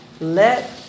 Let